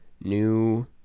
new